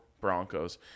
Broncos